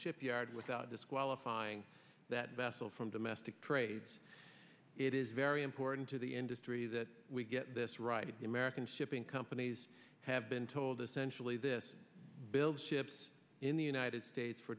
shipyard without disqualifying that vessel domestic trades it is very important to the industry that we get this right the american shipping companies have been told essentially this build ships in the united states for